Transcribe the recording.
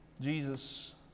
Jesus